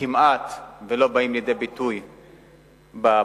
כמעט ולא באים לידי ביטוי ב"ברודקאסט",